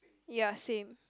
ya same